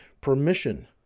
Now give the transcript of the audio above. permission